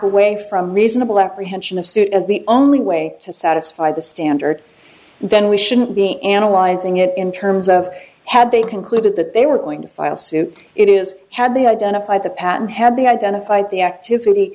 away from reasonable apprehension of suit as the only way to satisfy the standard then we shouldn't be analyzing it in terms of had they concluded that they were going to file suit it is had the identify the patent had the identified the activity